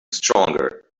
stronger